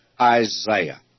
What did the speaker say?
Isaiah